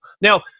Now